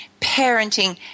parenting